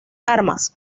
armas